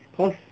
cause